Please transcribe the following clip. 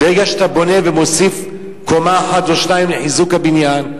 ברגע שאתה בונה ומוסיף קומה אחת או שתיים לחיזוק הבניין,